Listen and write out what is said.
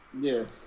Yes